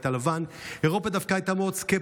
הלבן אירופה דווקא הייתה מאוד סקפטית,